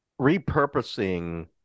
repurposing